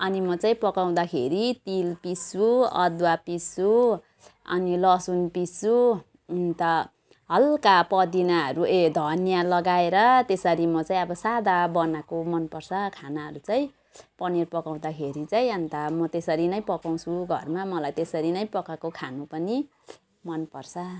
अनि म चाहिँ पकाउँदाखेरि तिल पिस्छु अदुवा पिस्छु अनि लसुन पिस्छु अन्त हलुका पुदिनाहरू ए धनिया लगाएर त्यसरी म चाहिँ अब सादा बनाएको मनपर्छ खानाहरू चाहिँ पनिर पकाउँदाखेरि चाहिँ अन्त म त्यसरी नै पकाउँछु घरमा मलाई त्यसरी नै पकाएको खानु पनि मनपर्छ